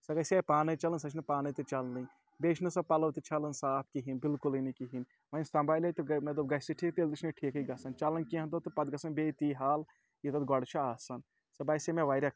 سۄ گژھِ ہا پانَے چَلٕنۍ سۄ چھَنہٕ پانَے تہِ چَلنٕے بیٚیہِ چھِنہٕ سۄ پَلَو تہِ چھَلان صاف کِہینہٕ بلکلٕے نہٕ کِہینۍ وَنہِ سنبھالے تہٕ مےٚ دوٚپ گژھِ ٹھیٖک تیٚلہِ تہِ چھِنہٕ ٹھیٖکٕے گژھان چَلان کینٛہہ دۄہ تہٕ پَتہٕ گژھان بیٚیہِ تی حال یہِ تَتھ گۄڈٕ چھِ آسان سۄ باسے مےٚ واریاہ